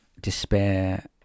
despair